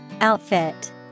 Outfit